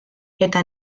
eta